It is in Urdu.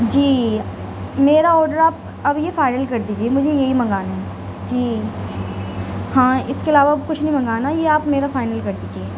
جی میرا آڈر آپ اب یہ فائنل کر دیجیے مجھے یہی منگانی ہے جی ہاں اس کے علاوہ اب کچھ نہیں منگانا یہ آپ میرا فائنل کر دیجیے